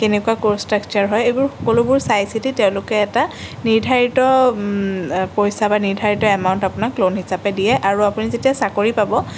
কেনেকুৱা course structure হয় এইবোৰ সকলোবোৰ চাই চিতি তেওঁলোকে এটা নিৰ্ধাৰিত পইচা বা নিৰ্ধাৰিত এমাউণ্ট আপোনাক লোণ হিচাপে দিয়ে আৰু আপুনি যেতিয়া চাকৰি পাব